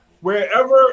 wherever